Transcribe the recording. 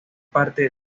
parte